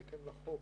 בהתאם לחוק,